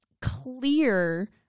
clear